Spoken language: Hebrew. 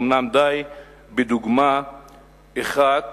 אומנם די בדוגמה אחת,